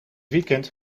weekend